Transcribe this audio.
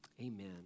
Amen